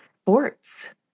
sports